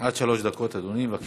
עד שלוש דקות אדוני, בבקשה.